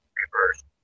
reverse